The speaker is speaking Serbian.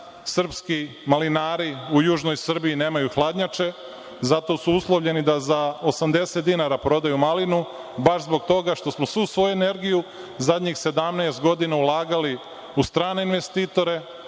srpski malinari u južnoj Srbiji nemaju hladnjače, zato su uslovljeni da za 80 dinara prodaju malinu, baš zbog toga što smo svu svoju energiju zadnjih 17 godina ulagali u strane investitore,